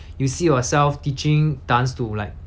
you see yourself teaching dance to like